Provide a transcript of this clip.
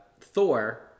Thor